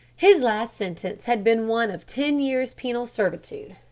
his last sentence had been one of ten years' penal servitude.